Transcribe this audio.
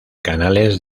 canales